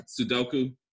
Sudoku